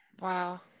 Wow